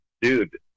dude